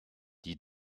die